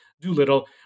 Doolittle